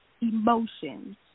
emotions